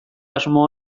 asmo